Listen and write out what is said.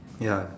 ya